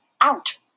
out